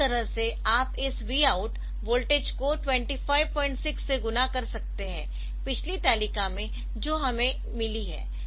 तो इस तरह से आप इस Vout वोल्टेज को 256 से गुणा कर सकते है पिछली तालिका में जो हमें मिली है